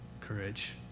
courage